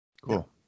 Cool